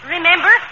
Remember